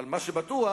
אבל מה שבטוח,